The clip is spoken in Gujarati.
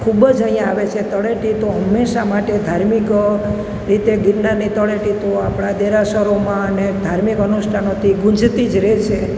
ખૂબ જ અહીંયાં આવે છે તળેટી તો હંમેશા માટે ધાર્મિક રીતે ગિરનારની તળેટી તો આપણા દેરાસરોમાંને ધાર્મિક અનુષ્ઠાનોથી ગુંજતી જ રહે છે